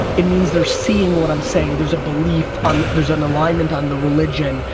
it means they're seeing what i'm saying, there's a belief on the there's an alignment on the religion.